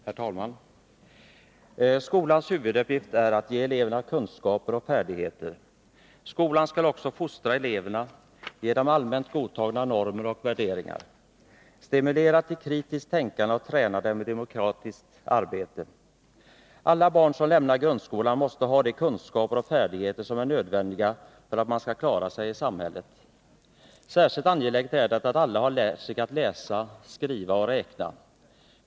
Herr talman! Skolans huvuduppgift är att ge eleverna kunskaper och färdigheter. Skolan skall också fostra eleverna, ge dem allmänt godtagna normer och värderingar, stimulera till kritiskt tänkande och träna dem i demokratiskt arbete. Alla barn som lämnar grundskolan måste ha de kunskaper och färdigheter som är nödvändiga för att man skall klara sig i samhället. Särskilt angeläget är det att alla har lärt sig läsa, skriva och räkna.